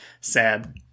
sad